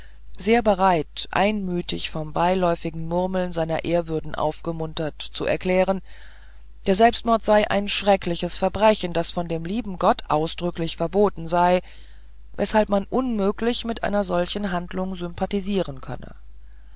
sehr bereit einmütig vom beifälligen murmeln seiner ehrwürden aufgemuntert zu erklären der selbstmord sei ein schreckliches verbrechen das von dem lieben gott ausdrücklich verboten sei weshalb man unmöglich mit einer solchen handlung sympathisieren könne